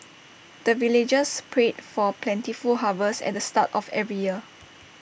the villagers pray for plentiful harvest at the start of every year